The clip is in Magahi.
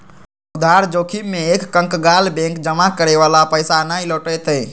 उधार जोखिम में एक कंकगाल बैंक जमा करे वाला के पैसा ना लौटय तय